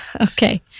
Okay